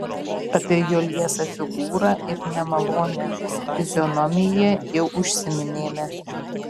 apie jo liesą figūrą ir nemalonią fizionomiją jau užsiminėme